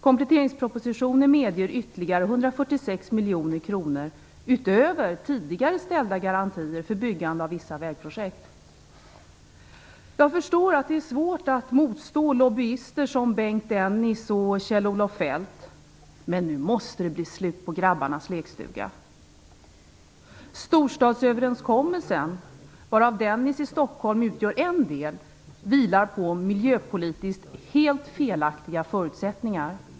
Kompletteringspropositionen medger ytterligare 146 miljoner kronor, utöver tidigare ställda garantier för byggande av vissa vägprojekt. Jag förstår att det är svårt att motstå lobbyister som Bengt Dennis och Kjell-Olof Feldt - men nu måste det bli slut på grabbarnas lekstuga. Storstadsöverenskommelsen, varav Dennisuppgörelsen i Stockholm utgör en del, vilar på miljöpolitiskt helt felaktiga förutsättningar.